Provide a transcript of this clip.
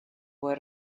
puede